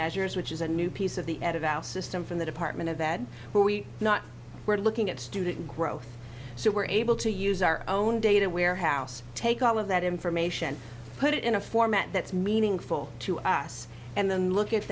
measures which is a new piece of the end of our system from the department of ed where we not we're looking at student growth so we're able to use our own data warehouse take all of that information put it in a format that's meaningful to us and then look at